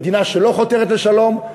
מדינה שלא חותרת לשלום.